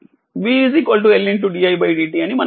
v L didt అని మనకు తెలుసు